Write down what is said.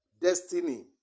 destiny